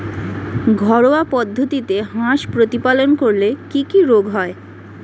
ঘরোয়া পদ্ধতিতে হাঁস প্রতিপালন করলে কি কি রোগ হয়?